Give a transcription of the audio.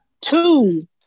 Two